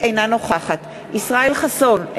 אינה נוכחת ישראל חסון,